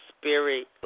spirit